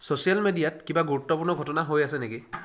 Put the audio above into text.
social মিডিয়াত কিবা গুৰুত্বপূৰ্ণ ঘটনা হৈ আছে নেকি